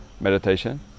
meditation